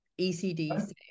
ECD